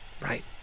Right